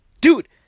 Dude